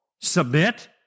submit